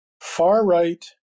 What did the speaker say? far-right